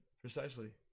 precisely